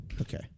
okay